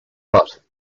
but